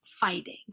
fighting